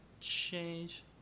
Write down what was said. change